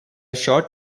short